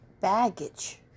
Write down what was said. baggage